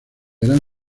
eran